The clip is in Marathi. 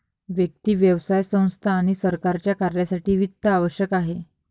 व्यक्ती, व्यवसाय संस्था आणि सरकारच्या कार्यासाठी वित्त आवश्यक आहे